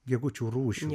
gegučių rūšių